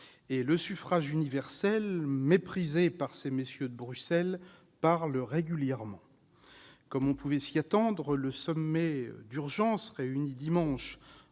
et le suffrage universel, méprisé par ces messieurs de Bruxelles, parle régulièrement. Comme on pouvait s'y attendre, le sommet d'urgence, réuni dimanche,